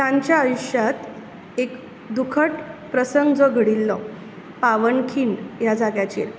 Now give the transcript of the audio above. तांच्या आयुश्यात एक दुखद प्रसंग जो घडिल्लो पावनखिंड ह्या जाग्याचेर